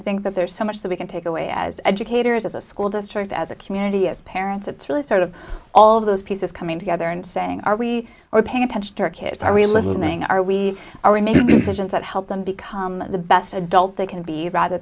think that there's so much that we can take away as educators as a school district as a community as parents it's really sort of all of those pieces coming together and saying are we are paying attention to our kids are we listening are we are we making decisions that help them become the best adult they can be rather